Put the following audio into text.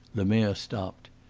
lemerre stopped.